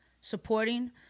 supporting